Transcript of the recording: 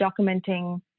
documenting